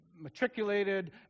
matriculated